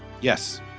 Yes